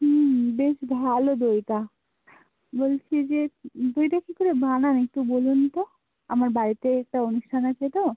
হুম বেশ ভালো দইটা বলছি যে দইটা কী করে বানান একটু বলুন তো আমার বাড়িতে একটা অনুষ্ঠান আছে তো